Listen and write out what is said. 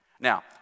Now